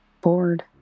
bored